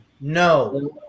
no